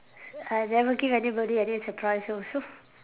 I never give anybody any surprise also